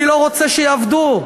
אני לא רוצה שיעבדו.